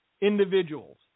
individuals